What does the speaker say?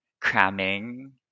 cramming